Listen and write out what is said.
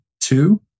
two